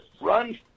run